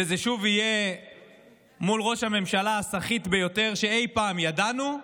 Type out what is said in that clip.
וזה שוב יהיה מול ראש הממשלה הסחיט ביותר שאי פעם ידענו,